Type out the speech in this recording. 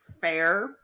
Fair